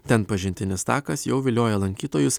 ten pažintinis takas jau vilioja lankytojus